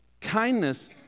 kindness